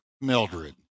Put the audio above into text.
Mildred